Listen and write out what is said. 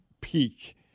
peak